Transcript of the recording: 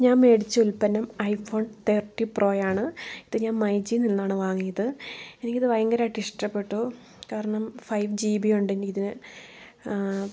ഞാൻ മേടിച്ച ഉൽപ്പന്നം ഐ ഫോൺ തേർട്ടി പ്രോ ആണ് ഇത് ഞാൻ മൈ ജി യിൽ നിന്നാണ് വാങ്ങിയത് എനിക്കിത് ഭയങ്കരമായിട്ട് ഇഷ്ട്ടപ്പെട്ടു കാരണം ഫൈവ് ജി ബി യുണ്ട് ഇതിന്